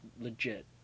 legit